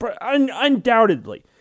undoubtedly